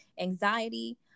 anxiety